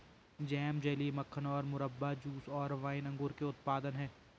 jam, jelly, मक्खन और मुरब्बा, जूस और वाइन अंगूर के उत्पाद हैं